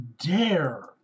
dare